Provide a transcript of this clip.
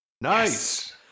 Nice